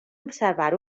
observar